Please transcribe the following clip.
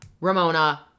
Ramona